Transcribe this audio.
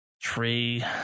tree